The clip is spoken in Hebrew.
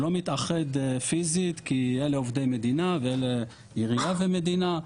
הוא לא מתאחד פיזית כי אלה עובדי מדינה ואלה עירייה ומדינה,